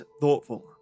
thoughtful